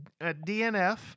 DNF